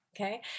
okay